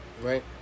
right